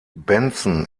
benson